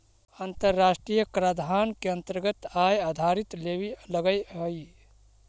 अन्तराष्ट्रिय कराधान के अन्तरगत आय आधारित लेवी लगअ हई